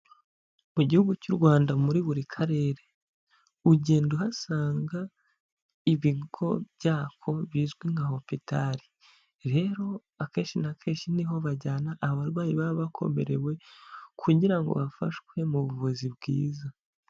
Mu gihugu cy'u Rwanda muri buri karere, ugenda uhasanga ibigo byako bizwi nka hopitare, rero akenshi na kenshi niho bajyana abarwayi baba bakomerewe kugira ngo bafashwe mu buvuzi bwiza.